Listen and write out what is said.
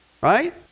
right